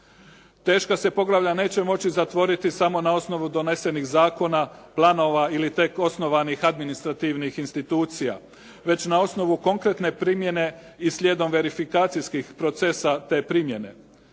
Teška se poglavlja neće moći zatvoriti samo na osnovi donesenih zakona, planova ili tek osnovanih administrativnih institucija, već na osnovu konkretne primjene i slijedom verifikacijskih procesa te primjene.